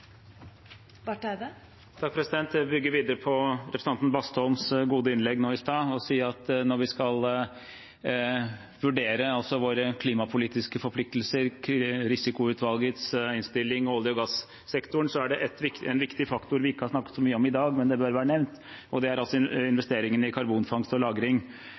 Barth Eide har hatt ordet to ganger tidligere og får ordet til en kort merknad, begrenset til 1 minutt. Jeg vil bygge videre på representanten Bastholms gode innlegg nå i stad og si at når vi skal vurdere våre klimapolitiske forpliktelser, Klimarisikoutvalgets innstilling og olje- og gassektoren, er det en viktig faktor vi ikke har snakket så mye om i dag, men som bør være nevnt, og det er investeringene i karbonfangst og